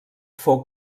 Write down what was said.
fou